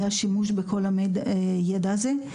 היה שימוש בכל הידע הזה.